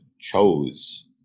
chose